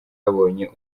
yabonye